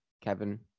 Kevin